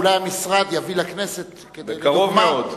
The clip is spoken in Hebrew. אולי המשרד יביא לכנסת דוגמה,